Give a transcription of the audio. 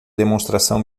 demonstração